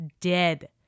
dead